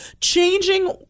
changing